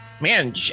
man